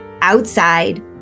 outside